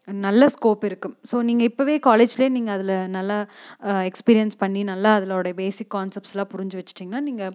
நல்ல ஸ்கோப் இருக்குது ஸோ நீங்கள் இப்போவே காலேஜ்ல நீங்கள் அதில் நல்ல எக்ஸ்பீரியன்ஸ் பண்ணி நல்லா அதில் ஓட பேசிக் கான்செப்ட்ஸ்லாம் புரிஞ்சு வச்சிட்டிங்னா நீங்கள்